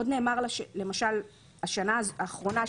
עוד נאמר שלמשל בשנה האחרונה,